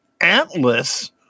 Atlas